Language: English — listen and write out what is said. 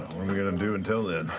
we going to do until then?